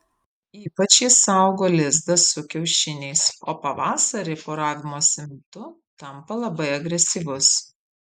ypač jis saugo lizdą su kiaušiniais o pavasarį poravimosi metu tampa labai agresyvus